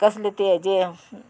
कसले तेजे